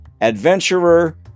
adventurer